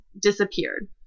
disappeared